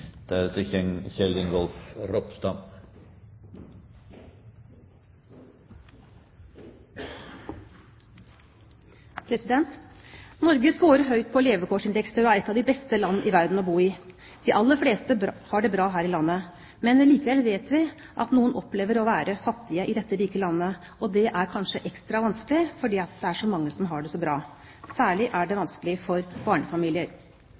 et av de beste land i verden å bo i. De aller fleste har det bra her i landet, men likevel vet vi at noen opplever å være fattige i dette rike landet, og det er kanskje ekstra vanskelig fordi det er så mange som har det så bra. Særlig er det vanskelig for barnefamilier.